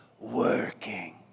working